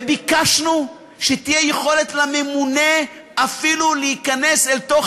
וביקשנו שתהיה יכולת לממונה אפילו להיכנס אל תוך